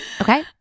Okay